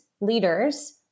leaders